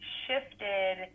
shifted